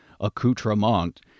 accoutrement